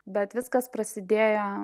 bet viskas prasidėjo